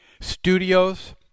studios